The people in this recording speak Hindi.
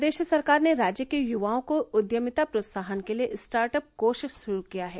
प्रदेश सरकार ने राज्य के युवाओं को उद्यमिता प्रोत्साहन के लिए स्टार्टअप कोष शुरू किया है